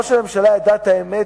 ראש הממשלה ידע את האמת,